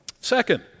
Second